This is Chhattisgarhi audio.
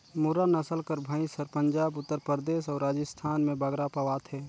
मुर्रा नसल कर भंइस हर पंजाब, उत्तर परदेस अउ राजिस्थान में बगरा पवाथे